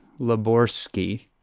Laborski